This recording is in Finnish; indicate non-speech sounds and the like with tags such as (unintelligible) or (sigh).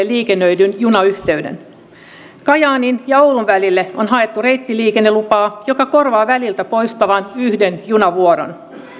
(unintelligible) liikennöidyn junayhteyden kajaanin ja oulun välille on haettu reittiliikennelupaa joka korvaa väliltä poistuvan yhden junavuoron